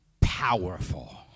powerful